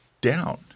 down